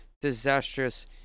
disastrous